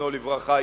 זיכרונו לברכה,